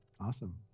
Awesome